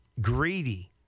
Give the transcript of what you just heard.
greedy